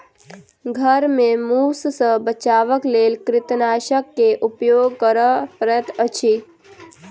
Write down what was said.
घर में मूस सॅ बचावक लेल कृंतकनाशक के उपयोग करअ पड़ैत अछि